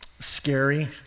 Scary